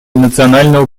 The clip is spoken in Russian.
национального